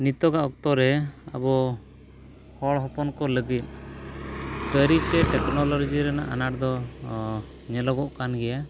ᱱᱤᱛᱚᱜᱟᱜ ᱚᱠᱛᱚ ᱨᱮ ᱟᱵᱚ ᱦᱚᱲ ᱦᱚᱯᱚᱱ ᱠᱚ ᱞᱟᱹᱜᱤᱫ ᱠᱟᱹᱨᱤ ᱪᱮ ᱴᱮᱠᱱᱳᱞᱚᱡᱤ ᱨᱮᱱᱟᱜ ᱟᱱᱟᱴ ᱫᱚ ᱧᱮᱞᱚᱜᱚᱜ ᱠᱟᱱ ᱜᱮᱭᱟ